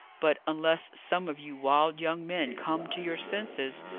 but, unless some of you wild young men come to your senses,